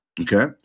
okay